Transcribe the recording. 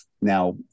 Now